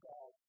God